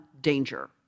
danger